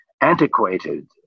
antiquated